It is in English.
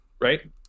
Right